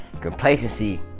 Complacency